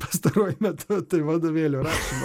pastaruoju metu tai vadovėlio rašymas